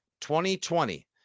2020